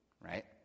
right